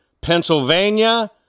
Pennsylvania